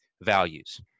values